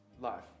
life